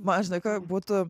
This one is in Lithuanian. man žinai ką būtų